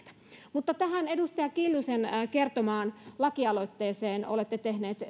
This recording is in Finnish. mutta tähän edustaja kiljusen kertomaan lakialoitteeseen olette tehnyt